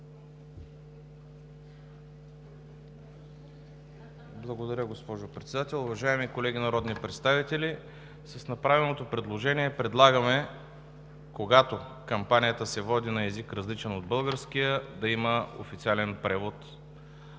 Благодаря, госпожо Председател. Уважаеми колеги народни представители, с направеното предложение предлагаме, когато кампанията се води на език, различен от българския, да има официален превод. Така